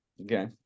Okay